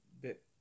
bit